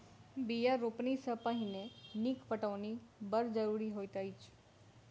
बीया रोपनी सॅ पहिने नीक पटौनी बड़ जरूरी होइत अछि